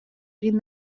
egin